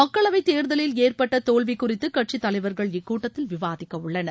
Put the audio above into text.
மக்களவைத் தேர்தலில் ஏற்பட்ட தோல்வி குறித்து கட்சித் தலைவர்கள் இக்கூட்டத்தில் விவாதிக்கவுள்ளனர்